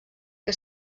que